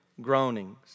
groanings